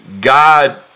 God